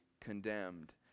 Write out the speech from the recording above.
condemned